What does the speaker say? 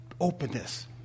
openness